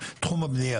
הבנו.